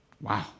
Wow